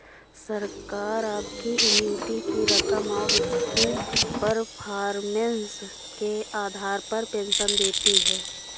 सरकार आपकी एन्युटी की रकम और उसकी परफॉर्मेंस के आधार पर पेंशन देती है